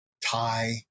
Thai